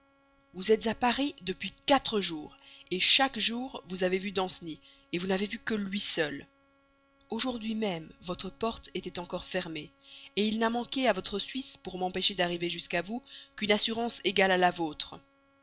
vous êtes à paris depuis quatre jours chaque jour vous avez vu danceny vous n'avez vu que lui seul aujourd'hui même votre porte était encore fermée il n'a manqué à votre suisse pour m'empêcher d'arriver jusqu'à vous qu'une assurance égale à la vôtre